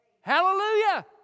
Hallelujah